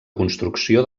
construcció